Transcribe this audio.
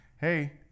hey